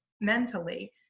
mentally